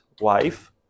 wife